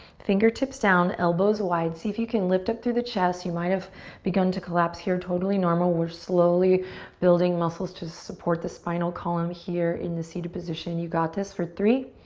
fingertips down, elbows wide. see if you can lift up through the chest, you might have begun to collapse here. totally normal, we're slowly building muscles to support the spinal column here in the seated position. you've got this, for three,